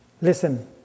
listen